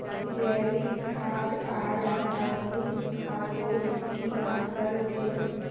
जैविक खाद आर रासायनिक खादोत की अंतर छे?